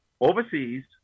overseas